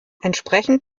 entsprechend